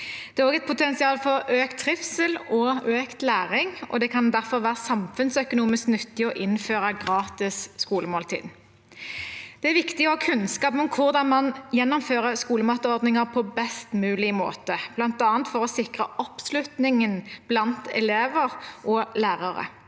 Det er også et potensial for økt trivsel og økt læring, og det kan derfor være samfunnsøkonomisk nyttig å innføre gratis skolemåltid. Det er viktig å ha kunnskap om hvordan man gjennomfører skolematordninger på best mulig måte, bl.a. for å sikre oppslutningen blant elever og lærere.